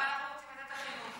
לא, אנחנו רוצים ועדת החינוך.